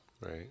Right